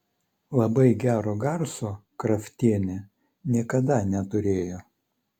labai gero garso kraftienė niekada neturėjo